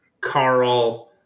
Carl